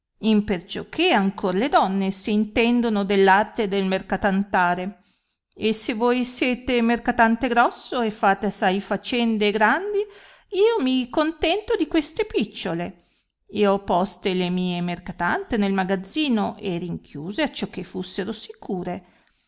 grosso imperciò che ancor le donne se intendono dell arte del mercatantare e se voi siete mercatante grosso e fate assai facende e grandi io mi contento di queste picciole e ho poste le mie mercatante nel magazzino e rinchiuse acciò che fussero sicure